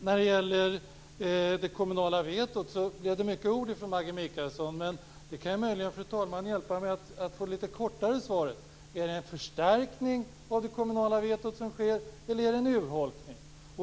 När det gäller det kommunala vetot blev det mycket ord från Maggi Mikaelsson, men jag kanske kan få ett kortare svar: Är det en förstärkning av det kommunala vetot som sker, eller är det en urholkning?